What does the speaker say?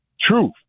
truth